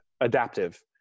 Adaptive